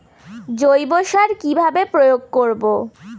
জৈব সার কি ভাবে প্রয়োগ করব?